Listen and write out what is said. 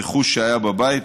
רכוש שהיה בבית,